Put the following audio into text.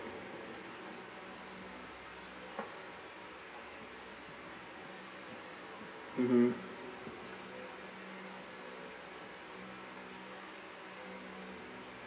mmhmm